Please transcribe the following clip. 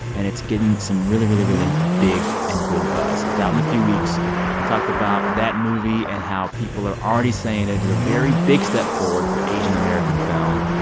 and it's getting some really, really, really big and good buzz. it's out in a few weeks. we talked about that movie and how people are already saying it is a very big step forward for asian-american film,